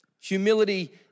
Humility